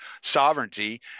sovereignty